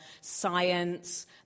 science